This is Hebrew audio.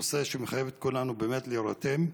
נושא שמחייב את כולנו באמת להירתם.